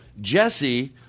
Jesse